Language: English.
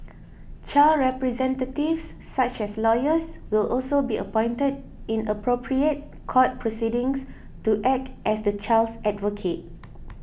child representatives such as lawyers will also be appointed in appropriate court proceedings to act as the child's advocate